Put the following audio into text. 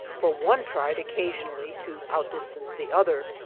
for one tried occasionally to outdistance the other,